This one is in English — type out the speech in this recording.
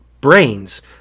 brains